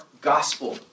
gospel